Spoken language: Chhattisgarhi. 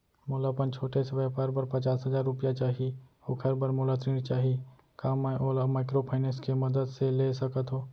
मोला अपन छोटे से व्यापार बर पचास हजार रुपिया चाही ओखर बर मोला ऋण चाही का मैं ओला माइक्रोफाइनेंस के मदद से ले सकत हो?